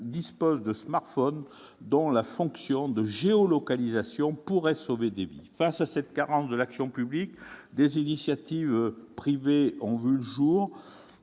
disposent de smartphones dont la fonction de géolocalisation pourrait sauver des vies. Face à cette carence de l'action publique, des initiatives privées ont vu le jour.